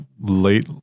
late